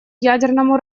ядерному